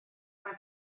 mae